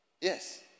Yes